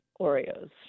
Oreos